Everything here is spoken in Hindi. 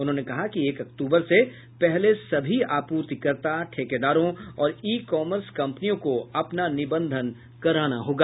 उन्होंने कहा कि एक अक्टूबर से पहले सभी आपूर्तिकर्ता ठेकेदारों और ई कॉमर्स कम्पनियों को अपना निबंधन कराना होगा